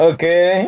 Okay